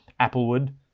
applewood